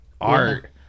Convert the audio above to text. art